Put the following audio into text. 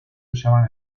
usaban